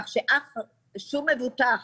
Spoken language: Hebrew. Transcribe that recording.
כך ששום מבוטח,